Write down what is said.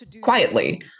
quietly